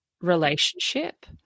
Relationship